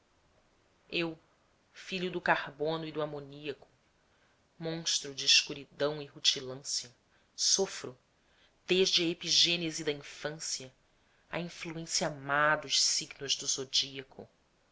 eu filho do carbono e do amoníaco monstro de escuridão e rutilância sofro desde a epigênese da infância a influência má dos signos do zodíaco